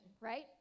right